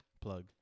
Plug